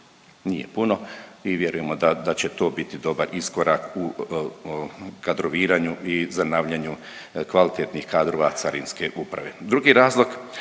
Nije puno i vjerujemo da će to biti dobar iskorak u kadroviranju i zanavljanju kvalitetnih kadrova Carinske uprave.